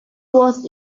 was